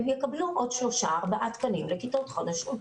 הם יקבלו עוד שלושה ארבעה תקנים לכיתות חדשות.